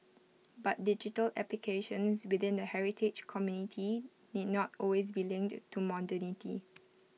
but digital applications within the heritage community need not always be linked to modernity